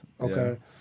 Okay